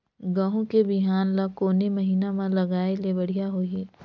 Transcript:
गहूं के बिहान ल कोने महीना म लगाय ले बढ़िया होही?